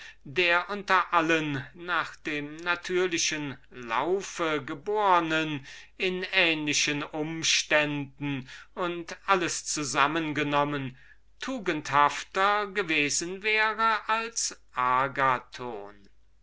der unter allen nach dem natürlichen lauf gebornen in ähnlichen umständen und alles zusammen genommen tugendhafter gewesen wäre als agathon